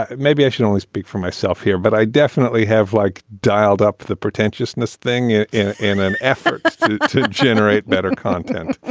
maybe i should only speak for myself here, but i definitely have like dialed up the pretentiousness thing and in in an effort to generate better content.